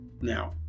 now